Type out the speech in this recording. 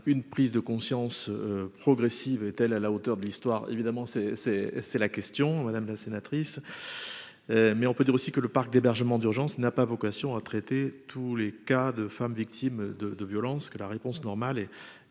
une prise de conscience progressive est-elle à la hauteur de l'histoire, évidemment c'est c'est c'est la question, madame la sénatrice, mais on peut dire aussi que le parc d'hébergement d'urgence n'a pas vocation à traiter tous les cas de femmes victimes de violences qu'est la réponse normale et